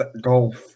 golf